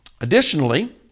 Additionally